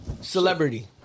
celebrity